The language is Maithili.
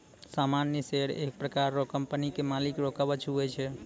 सामान्य शेयर एक प्रकार रो कंपनी के मालिक रो कवच हुवै छै